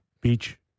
Beach